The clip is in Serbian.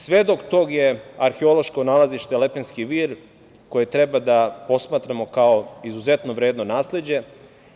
Svedok toga je arheološko nalazište „Lepenski vir“, koje treba da posmatramo kao izuzetno vredno nasleđe